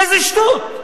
איזה שטות.